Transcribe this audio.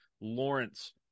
Lawrence